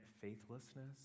faithlessness